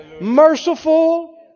merciful